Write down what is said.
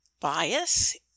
bias